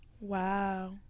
Wow